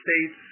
States